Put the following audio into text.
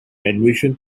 admission